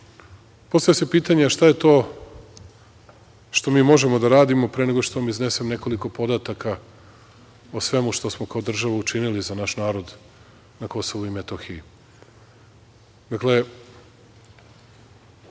se pitanje šta je to što mi možemo da radimo, pre nego što vam iznesem nekoliko podataka o svemu što smo kao država učinili za naš narod na Kosovu i Metohiji.